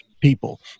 people